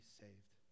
saved